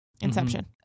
Inception